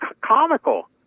comical